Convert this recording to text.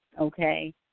okay